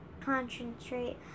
concentrate